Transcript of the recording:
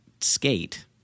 skate